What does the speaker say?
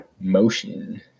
motion